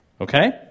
Okay